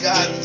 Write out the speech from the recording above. God